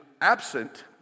absent